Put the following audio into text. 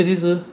eh 其实